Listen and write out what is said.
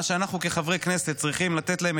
מה שאנחנו כחברי כנסת צריכים לתת להן,